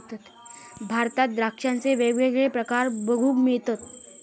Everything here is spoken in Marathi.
भारतात द्राक्षांचे वेगवेगळे प्रकार बघूक मिळतत